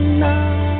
now